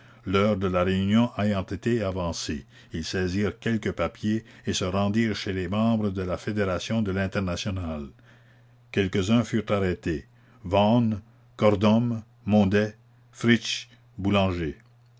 l'heure de la réunion ayant été avancée ils saisirent quelques papiers et se rendirent chez les membres de la fédération de la commune l'internationale quelques-uns furent arrêtés vaughan cord'homme mondet fristch boulanger